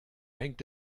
hängt